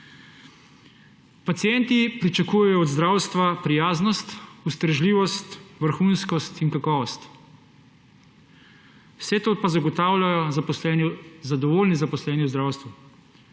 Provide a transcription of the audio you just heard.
Pacienti pričakujejo od zdravstva prijaznost, ustrežljivost, vrhunskost in kakovost, vse to pa zagotavljajo zadovoljni zaposleni v zdravstvu.